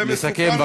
לסכם.